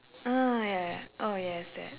oh ya ya ya oh yes that